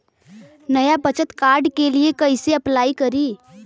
नया बचत कार्ड के लिए कइसे अपलाई करी?